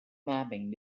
mapping